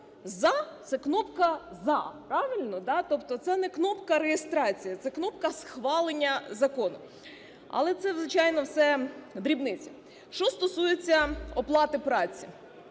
"за" - це кнопка "за", правильно, да? Тобто, це не кнопка реєстрації, це кнопка схвалення закону. Але це, звичайно, все дрібниці. Що стосується оплати праці.